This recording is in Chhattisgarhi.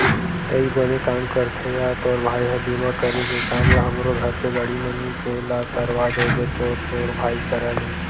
अई बने काम करथे या तोर भाई ह बीमा करे के काम ल हमरो घर के गाड़ी मन के ला करवा देबे तो तोर भाई करा ले